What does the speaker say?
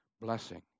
blessing